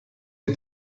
die